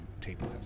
table